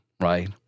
right